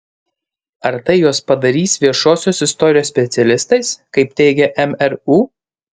ar tai juos padarys viešosios istorijos specialistais kaip teigia mru